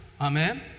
Amen